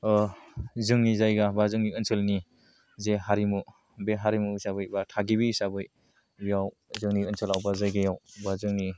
जोंनि जायगा बा जोंनि ओनसोलनि जे हारिमु बे हारिमु हिसाबै बा थागिबि हिसाबै बेयाव जोंनि ओनसोलाव बा जायगायाव बा जोंनि